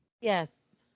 yes